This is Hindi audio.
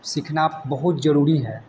सीखना बहुत ज़रूरी है